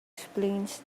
explains